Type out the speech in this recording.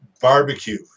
Barbecue